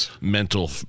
mental